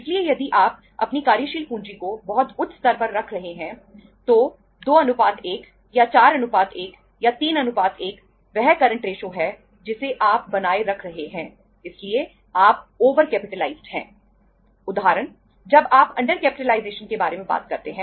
इसलिए यदि आप अपनी कार्यशील पूंजी को बहुत उच्च स्तर पर रख रहे हैं तो 21 या 41 या 31 वह करंट रेशो के बारे में बात करते हैं